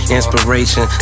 Inspiration